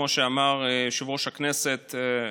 כמו שאמר יושב-ראש הכנסת,